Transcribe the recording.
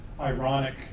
ironic